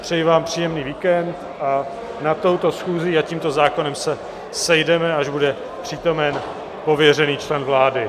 Přeji vám příjemný víkend a nad touto schůzí a tímto zákonem se sejdeme, až bude přítomen pověřený člen vlády.